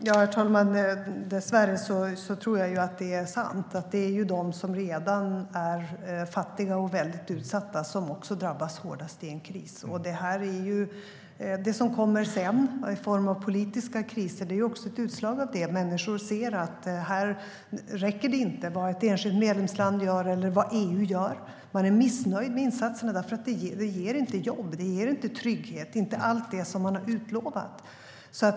Herr talman! Dessvärre tror jag att det är sant. Det är de som redan är fattiga och väldigt utsatta som drabbas hårdast i en kris. Det som kommer sedan i form av politiska kriser är ett utslag av detta. Människor ser att det inte räcker vad ett enskilt medlemsland gör eller vad EU gör. Man är missnöjd med insatserna, för de ger inte jobb eller trygghet, ger inte allt det som utlovats.